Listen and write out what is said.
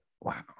Wow